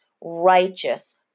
righteous